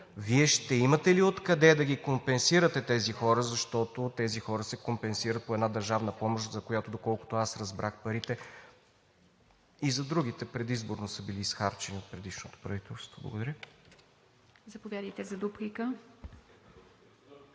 Вие ще имате ли откъде да компенсирате тези хора, защото тези хора се компенсират по една държавна помощ, за която парите, доколкото разбрах – и за другите, предизборно са били изхарчени от предишното правителство? Благодаря. ПРЕДСЕДАТЕЛ ИВА